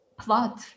plot